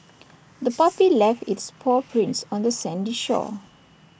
the puppy left its paw prints on the sandy shore